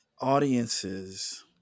audiences